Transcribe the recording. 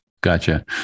gotcha